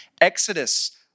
Exodus